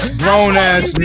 grown-ass